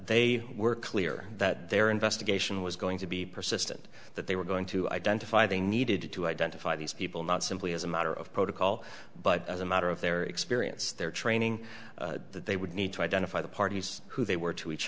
they were clear that their investigation was going to be persistent that they were going to identify they needed to identify these people not simply as a matter of protocol but as a matter of their experience their training that they would need to identify the parties who they were to each